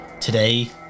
Today